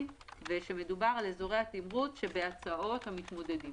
ושמדובר על אזורי התמרוץ שבהצעות המתמודדים.